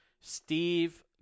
Steve